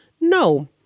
no